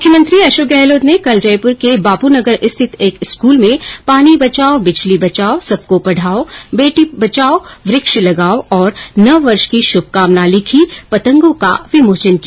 मुख्यमंत्री अर्शोक गहलोत ने कल जयपुर के बापूनगर रिथित एक स्कूल में पानी बचाओ बिजली बचाओ सबको पढाओं बेटी बचाओं वृक्ष लगाओं और नववर्ष की शुभकामनों लिखी पतंगों का विमोचन किया